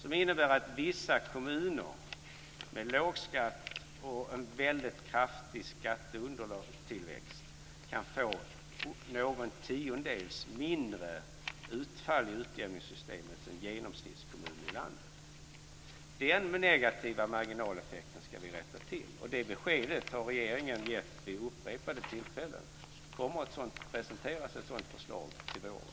Den innebär att vissa kommuner med låg skatt och en väldigt kraftig skatteunderlagstillväxt kan få någon tiondels mindre utfall i utjämningssystemet än genomsnittskommunen i landet. Den negativa marginaleffekten ska vi alltså rätta till och det beskedet har regeringen vid upprepade tillfällen gett. Ett sådant förslag kommer att presenteras till våren.